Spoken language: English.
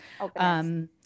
Okay